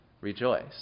rejoice